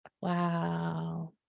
Wow